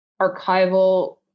archival